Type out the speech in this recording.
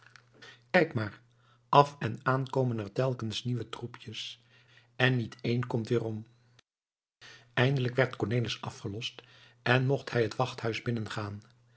kijk maar af en aan komen er telkens nieuwe troepjes en niet een komt weerom eindelijk werd cornelis afgelost en mocht hij het wachthuis binnengaan